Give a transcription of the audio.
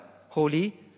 holy